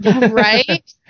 Right